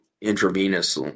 intravenous